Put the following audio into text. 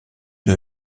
une